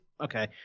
Okay